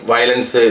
Violence